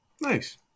Nice